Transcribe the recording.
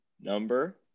Number